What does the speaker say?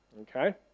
Okay